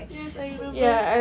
yes I remember